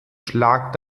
schlag